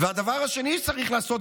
והדבר השני שצריך לעשות,